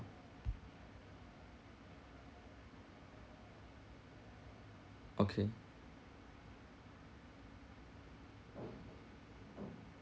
okay